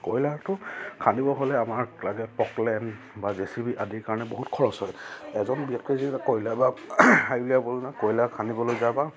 কয়লাৰটো খান্দিব হ'লে আমাক লাগে পকলেণ্ড বা জে চি বি আদিৰ কাৰণে বহুত খৰচ হয় এজন ব্যক্তিয়ে যদি তাত কয়লা বা আহি পেলাই বোলে কয়লা খান্দিবলৈ যায় বা